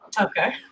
Okay